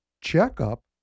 checkup